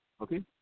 Okay